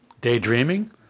Daydreaming